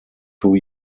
two